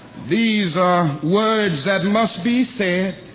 these are words that must be said.